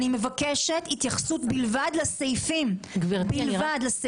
אני מבקשת התייחסות לסעיפים בלבד.